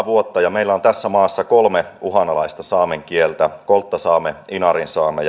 vuotta ja meillä on tässä maassa kolme uhanalaista saamen kieltä kolttasaame inarinsaame